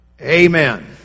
amen